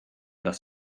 das